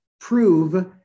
prove